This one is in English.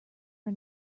are